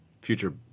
future